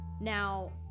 Now